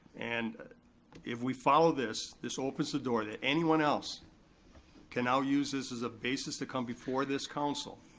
and if we follow this, this opens the door that anyone else can now use this as a basis to come before this council